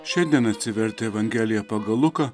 šiandien atsivertę evangeliją pagal luką